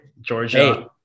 Georgia